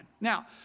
Now